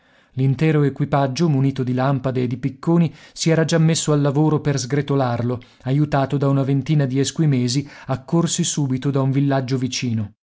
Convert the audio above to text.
l'intero equipaggio munito di lampade e di picconi si era già messo al lavoro per sgretolarlo aiutato da una ventina di esquimesi accorsi subito da un villaggio vicino